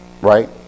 right